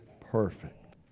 perfect